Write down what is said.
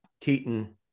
Keaton